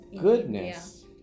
goodness